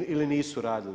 ili nisu radile.